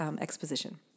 Exposition